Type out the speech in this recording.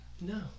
No